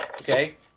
Okay